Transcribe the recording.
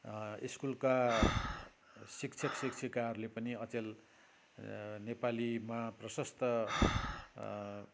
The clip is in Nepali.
स्कुलका शिक्षक शिक्षिकाहरूले पनि अचेल नेपालीमा प्रशस्त